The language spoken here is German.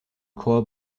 chor